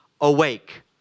awake